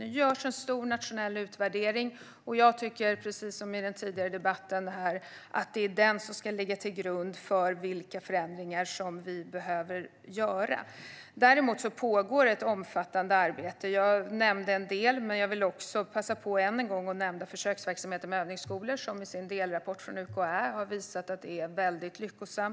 Nu görs en stor nationell utvärdering, och precis som jag sa tidigare i debatten tycker jag att det är den som ska ligga till grund när det gäller vilka förändringar som behöver göras. Däremot pågår ett omfattande arbete; jag nämnde en del, men jag vill än en gång passa på att nämna försöksverksamheten med övningsskolor. I delrapporten från UKÄ har man visat att den är väldigt lyckosam.